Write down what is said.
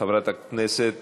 חברת הכנסת